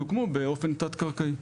יוקמו באופן תת-קרקעי.